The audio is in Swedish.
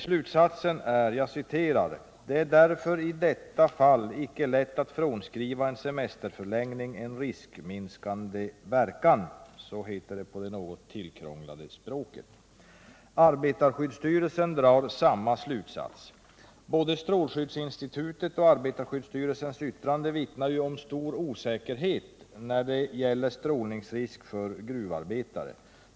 Slutsatsen är: ”Det är därför i detta fall icke lätt att frånskriva en semesterförlängning en riskminskande verkan.” Så heter det på det något tillkrånglade språket. Arbetarskyddsstyrelsen drar samma slutsats. Både strålskyddsinstitutets och arbetarskyddsstyrelsens yttrande vittnar om stor osäkerhet när det gäller strålningsrisk för gruvarbetare.